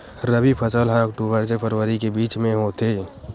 रबी फसल हा अक्टूबर से फ़रवरी के बिच में होथे